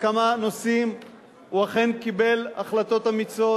בכמה נושאים הוא אכן קיבל החלטות אמיצות.